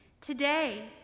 Today